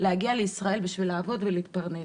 להגיע לישראל בשביל לעבוד ולהתפרנס.